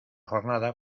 jornada